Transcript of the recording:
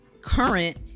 current